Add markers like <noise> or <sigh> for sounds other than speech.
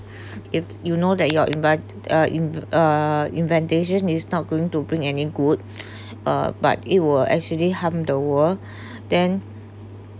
<breath> if you know that you are invi~ uh in uh inventation is not going to bring any good <breath> uh but it will actually harm the world <breath> then